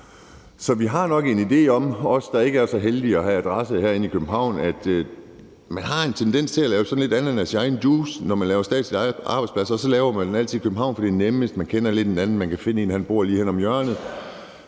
nye i København. Så vi, der ikke er så heldige at have adresse herinde i København, har nok en idé om, at man har en tendens til at lave sådan lidt ananas i egen juice, når man laver statslige arbejdspladser. Så laver man dem altid i København, for det er nemmest, og man kender sådan lidt hinanden, og man kan finde en, der bor lige henne om hjørnet.